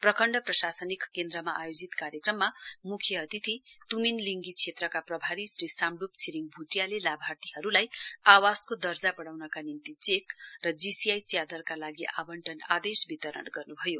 प्रखण्ड प्रशासनिक केन्द्रमा आयोजित कार्यक्रममा मुख्य अतिथि तुमिन लिङ्गी क्षेत्रका प्रभारी श्री साम्ड्रप छिरिङ भूटियाले लाभार्थीहरूलाई आवासको दर्जा बडाउनका निम्ति चेक र जीसीआइ च्यादरका लागि आवंटन आदेश वितरण गर्नभयो